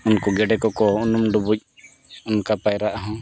ᱩᱱᱠᱩ ᱜᱮᱰᱮᱸ ᱠᱚᱠᱚ ᱩᱱᱩᱢ ᱰᱩᱵᱩᱡ ᱚᱱᱠᱟ ᱯᱟᱭᱨᱟᱜ ᱦᱚᱸ